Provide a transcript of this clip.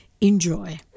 enjoy